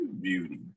beauty